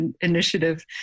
initiative